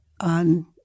on